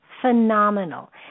phenomenal